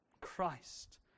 Christ